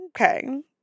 okay